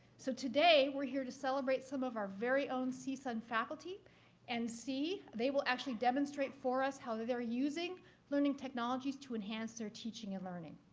so today we're here to celebrate some of our very own csun faculty and see they will actually demonstrate for us how they're using learning technologies to enhance their teaching and learning.